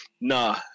Nah